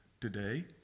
today